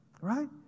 right